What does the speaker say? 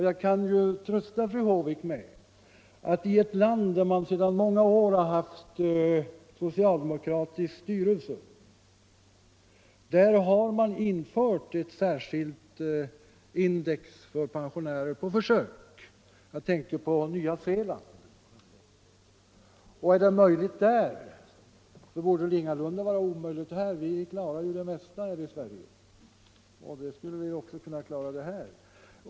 Jag kan lugna fru Håvik med att i ett land där man sedan många år har haft socialdemokratiskt styre har man på försök infört ett särskilt index för pensionärer. Jag tänker på Nya Zeeland. Är det möjligt där, borde det inte vara omöjligt här — vi klarar ju det mesta här i Sverige.